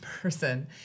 person